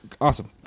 Awesome